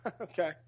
Okay